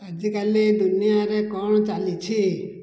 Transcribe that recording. ଆଜିକାଲି ଦୁନିଆରେ କ'ଣ ଚାଲିଛି